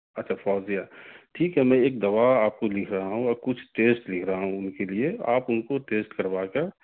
اچھا فوزیہ ٹھیک ہے میں ایک دوا آپ کو لِکھ رہا ہوں اور کچھ ٹیسٹ لِکھ رہا ہوں اُن کے لیے آپ ان کو ٹیسٹ کروا کر